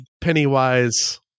pennywise